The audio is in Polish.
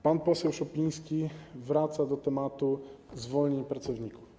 Pan poseł Szopiński wraca do tematu zwolnień pracowników.